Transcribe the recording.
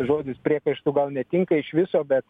žodis priekaištų gal netinka iš viso bet